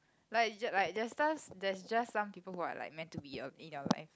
like j~ like there's just there's just some people who are like meant to be um in your life